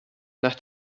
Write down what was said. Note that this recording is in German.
nach